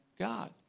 God